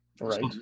Right